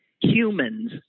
Humans